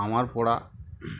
আমার পড়া